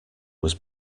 was